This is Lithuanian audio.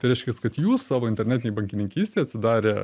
tai reiškias kad jūs savo internetinėj bankininkystėj atsidarę